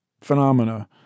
phenomena